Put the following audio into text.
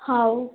ହେଉ